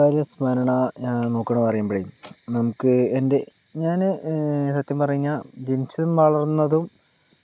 ബാല്യകാല സ്മരണ ഞാൻ നോക്കണേ പറയുമ്പഴേ നമുക്ക് എൻ്റെ ഞാന് സത്യം പറഞ്ഞാൽ ജനിച്ചതും വളർന്നതും